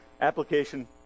Application